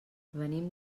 venim